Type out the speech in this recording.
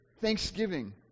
thanksgiving